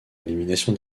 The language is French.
élimination